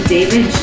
David